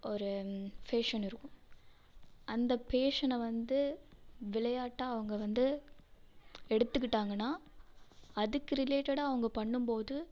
ஒரு பேஷன் இருக்கும் அந்த பேஷனை வந்து விளையாட்டாக அவங்க வந்து எடுத்துக்கிட்டாங்கன்னா அதுக்கு ரிலேடெட்டாக அவங்க பண்ணும் போது